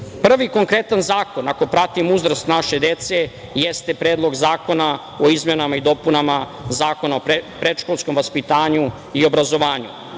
konkretan zakon, ako pratimo uzrast naše dece, jeste Predlog zakona o izmenama i dopunama Zakona o predškolskom vaspitanju i obrazovanju.